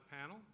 panel